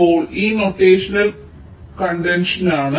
ഇപ്പോൾ ഇത് നൊട്ടേഷണൽ കണ്ടെൻഷനാണ്